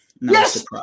Yes